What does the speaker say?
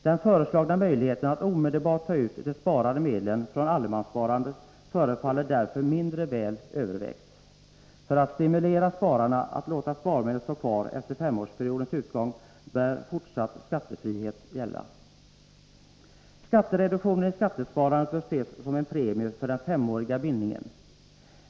Den föreslagna möjligheten att omedelbart ta ut de sparade medlen från allemanssparandet förefaller därför mindre väl övervägd. För att stimulera spararna att låta sparmedlen stå kvar efter femårsperiodens utgång bör fortsatt skattefrihet gälla. Skattereduktionen i skattesparandet bör ses som en premie för den femåriga bindningen.